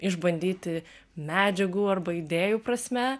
išbandyti medžiagų arba idėjų prasme